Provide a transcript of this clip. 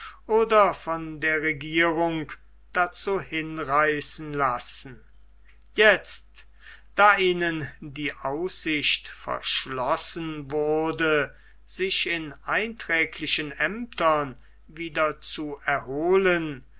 oder von der regierung dazu hinreißen lassen jetzt da ihnen die aussicht verschlossen wurde sich in einträglichen aemtern wieder zu erholen